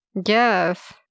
Yes